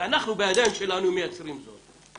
ואנחנו בידיים שלנו מייצרים זאת,